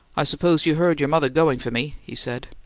i suppose you heard your mother going for me, he said.